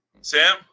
Sam